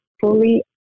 fully